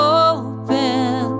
open